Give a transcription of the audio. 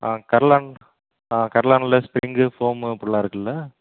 ஆ கர்லான் ஆ கர்லான் இல்லை spring foam அப்புடில்லாம் இருக்கில்ல